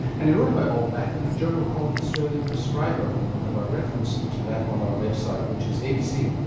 and he wrote about all that in a journal called the australian prescriber and we'll have a reference to that on our website which is abc.